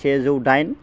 सेजौ दाइन